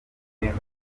johnny